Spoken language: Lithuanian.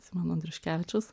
prisimenu andriuškevičius